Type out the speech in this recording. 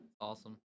Awesome